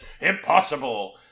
impossible